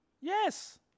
Yes